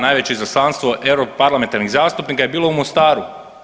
Najveće izaslanstvo europarlamentarnih zastupnika je bilo u Mostaru.